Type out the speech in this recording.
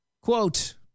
Quote